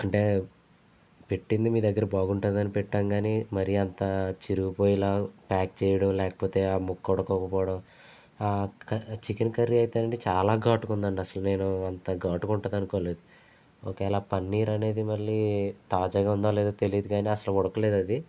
అంటే పెట్టింది మీ దగ్గర బాగుంటుంది అని పెట్టాం గానీ మరి అంత చిరిగిపోయే లాగా ప్యాక్ చేయటం లేకపోతే ఆ మొక్క ఉడకపోవడం ఆ చికెన్ కర్రీ అయితే నండి చాలా ఘాటుగా ఉంది అసలు నేను అంత ఘాటుగా ఉంటది అనుకోలేదు ఒకేలా ఆ పన్నీర్ అనేది మళ్ళీ తాజాగా ఉందోలేదో తెలియదు గాని అసలు ఉడకలేదది